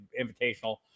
Invitational